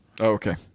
Okay